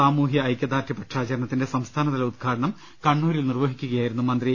സാമൂഹ്യ ഐക്യദാർഢ്യ പക്ഷാചരണത്തിൻെറ സംസ്ഥാനതല ഉദ്ഘാടനം കണ്ണൂരിൽ നിർ വഹിക്കുകയായിരുന്നു മന്ത്രി